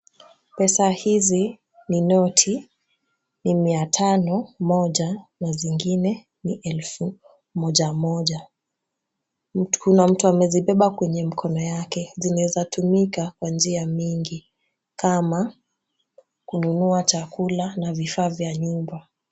Pesa hizi ni noti, ni mia tano moja na zingine elfu moja moja. Kuna mtu amezibeba kwenye mkono yake. Zinaweza tumika kwa njia mingi kama kununua chakula na vifaa vya nyumba.